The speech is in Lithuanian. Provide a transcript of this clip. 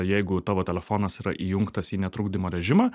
jeigu tavo telefonas yra įjungtas į netrukdymo režimą